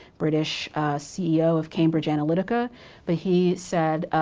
british ceo of cambridge analytica but he said,